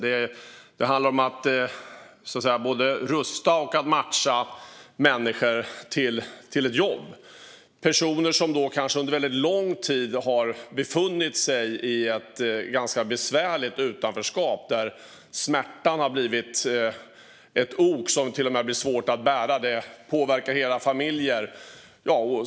Det handlar om att både rusta och matcha människor till ett jobb, människor som kanske under väldigt lång tid har befunnit sig i ett ganska besvärligt utanförskap där smärtan har blivit ett ok som blir svårt att bära och som påverkar hela familjer.